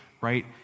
right